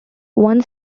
one